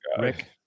Rick